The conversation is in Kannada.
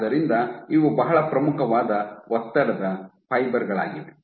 ಆದ್ದರಿಂದ ಇವು ಬಹಳ ಪ್ರಮುಖವಾದ ಒತ್ತಡದ ಫೈಬರ್ ಗಳಾಗಿವೆ